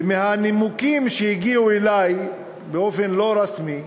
ומהנימוקים שהגיעו אלי באופן לא רשמי,